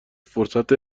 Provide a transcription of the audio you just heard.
فرصت